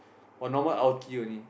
or normal only